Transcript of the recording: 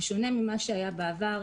בשונה ממה שהיה בעבר,